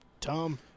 Tom